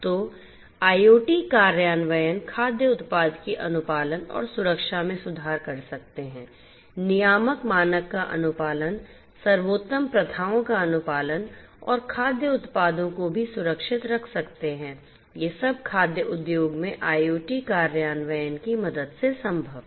तो IoT कार्यान्वयन खाद्य उत्पाद की अनुपालन और सुरक्षा में सुधार कर सकते हैं नियामक मानक का अनुपालन सर्वोत्तम प्रथाओं का अनुपालन और खाद्य उत्पादों को भी सुरक्षित रख सकते हैं ये सब खाद्य उद्योग में IoT कार्यान्वयन की मदद से संभव हैं